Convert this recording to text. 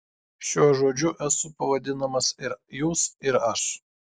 šiuo žodžiu esu pavadinamas ir jūs ir aš